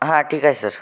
हां ठीक आहे सर